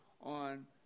on